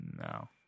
No